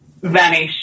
vanish